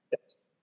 Yes